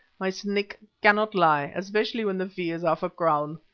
my snake cannot lie especially when the fee is half-a-crown.